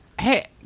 Hey